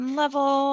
level